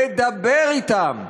לדבר אתם,